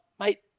Mate